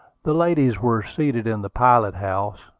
the ladies were seated in the pilot-house,